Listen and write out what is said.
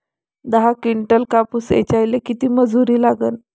दहा किंटल कापूस ऐचायले किती मजूरी लागन?